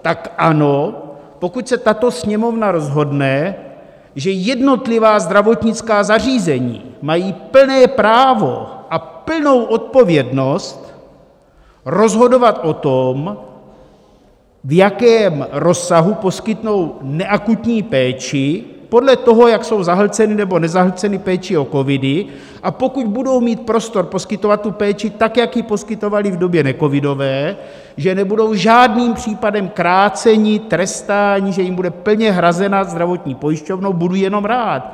Tak ano, pokud se tato Sněmovna rozhodne, že jednotlivá zdravotnická zařízení mají plné právo a plnou odpovědnost rozhodovat o tom, v jakém rozsahu poskytnout neakutní péči, podle toho, jak jsou zahlcena, nebo nezahlcena péčí o covidy, a pokud budou mít prostor poskytovat tu péči tak, jak ji poskytovala v době necovidové, že nebudou v žádném případě krácena, trestána, že jim bude plně hrazena zdravotní pojišťovnou, budu jenom rád.